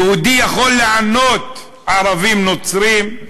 יהודי יכול לענות ערבים-נוצרים,